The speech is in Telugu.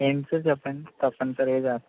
ఏంటి సార్ చెప్పండి తప్పనిసరిగా చేస్తాం